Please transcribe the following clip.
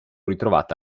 ritrovata